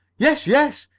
yes! yes!